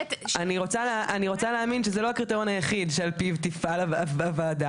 אני רוצה להאמין שזה לא הקריטריון היחיד שעל פיו תפעל הוועדה.